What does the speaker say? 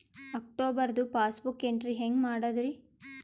ಅಕ್ಟೋಬರ್ದು passbook entry ಹೆಂಗ್ ಮಾಡದ್ರಿ?